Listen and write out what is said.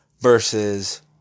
versus